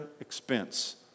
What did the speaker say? expense